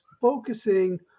focusing